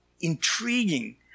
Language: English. intriguing